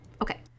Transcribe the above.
Okay